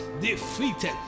defeated